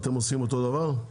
אתם עושים אותו דבר?